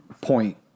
point